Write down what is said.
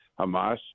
Hamas